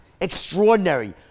extraordinary